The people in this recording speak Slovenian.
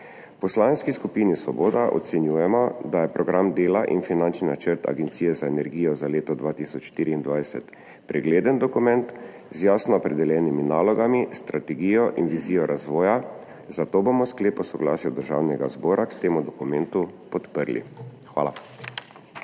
V Poslanski skupini Svoboda ocenjujemo, da je Program dela in finančni načrt Agencije za energijo za leto 2024 pregleden dokument z jasno opredeljenimi nalogami, strategijo in vizijo razvoja, zato bomo sklep o soglasju Državnega zbora k temu dokumentu podprli. Hvala.